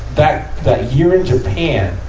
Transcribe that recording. that, that year in japan,